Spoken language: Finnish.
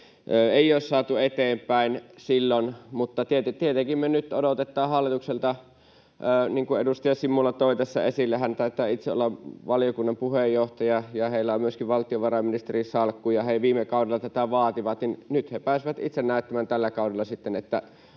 ei ole saatu eteenpäin silloin, mutta tietenkin me nyt odotetaan sitä hallitukselta, niin kuin edustaja Simula toi tässä esille. Hän taitaa itse olla valiokunnan puheenjohtaja, ja heillä on myöskin valtiovarainministerin salkku, ja he viime kaudella tätä vaativat. Nyt he pääsevät itse näyttämään sitten tällä kaudella,